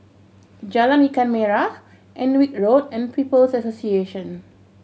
Jalan Ikan Merah Alnwick Road and People's Association